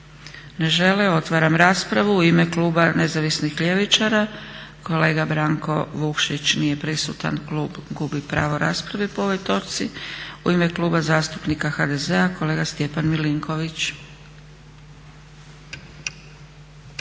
Ne žele. Otvaram raspravu. U ime kluba Nezavisnih ljevičara kolega Branko Vukšić. Nije prisutan, klub gubi pravo rasprave po ovoj točci. U ime Kluba zastupnika HDZ-a kolega Stjepan Milinković.